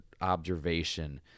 observation